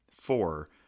four